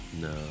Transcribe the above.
No